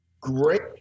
great